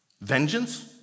vengeance